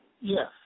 Yes